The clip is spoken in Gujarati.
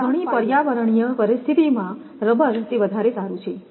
તેથી ઘણી પર્યાવરણીય પરિસ્થિતિઓમાં રબર તે વધારે સારું છે